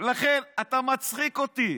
לכן אתה מצחיק אותי.